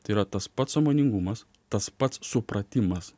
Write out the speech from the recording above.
tai yra tas pats sąmoningumas tas pats supratimas